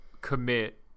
commit